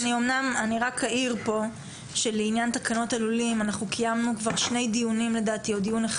אני רק אעיר שלעניין תקנות הלולים אנחנו קיימנו כבר דיון אחד